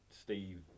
Steve